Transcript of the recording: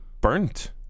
burnt